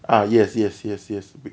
ah yes yes yes yes